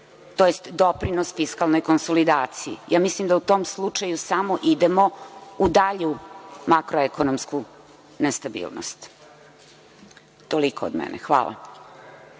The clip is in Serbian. tj. doprinos fiskalne konsolidacije. Mislim da u tom slučaju idemo u dalju makroekonomsku nestabilnost. Toliko od mene. Hvala.